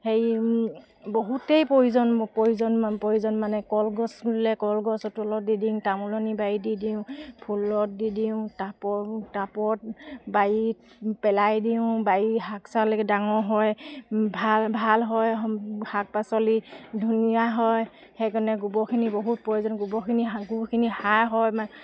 হেৰি বহুতেই প্ৰয়োজন প্ৰয়োজন প্ৰয়োজন মানে কলগছ বুলিলে কলগছৰ তলত দি দিওঁ তামোলনী বাৰীত দি দিওঁ ফুলত দিওঁ টাবৰ টাবত বাৰীত পেলাই দিওঁ বাৰী শাক চাক ডাঙৰ হয় ভাল ভাল হয় শাক পাচলি ধুনীয়া হয় সেইকাৰণে গোবৰখিনি বহুত প্ৰয়োজন গোবৰখিনি গুখিনি সাৰ হয় মানে